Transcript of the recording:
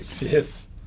Yes